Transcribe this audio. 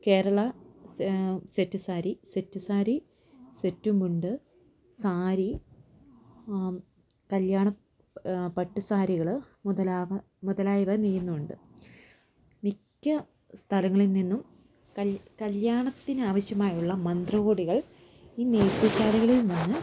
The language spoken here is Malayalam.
കേരള സെറ്റ് സാരി സെറ്റ് സാരി സെറ്റുമുണ്ട് സാരി കല്ല്യാണ പട്ടുസാരികൾ മുതലായവ നെയ്യുന്നും ഉണ്ട് മിക്ക സ്ഥലങ്ങളിൽ നിന്നും കല്ല്യാണത്തിന് ആവശ്യമായുള്ള മന്ത്രകോടികൾ ഈ നെയ്ത്തു ശാലകളിൽ നിന്ന്